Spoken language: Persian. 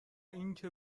اینکه